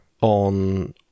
on